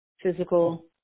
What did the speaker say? physical